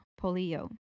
Polio